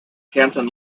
canton